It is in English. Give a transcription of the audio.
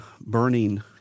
burning